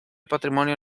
patrimonio